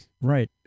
Right